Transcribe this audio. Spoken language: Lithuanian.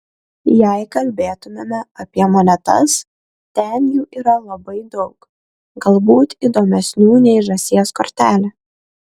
jei kalbėtumėme apie monetas ten jų yra labai daug galbūt įdomesnių nei žąsies kortelė